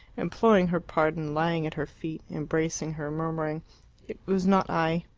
imploring her pardon, lying at her feet, embracing her, murmuring it was not i,